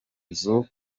nzu